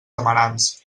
amarants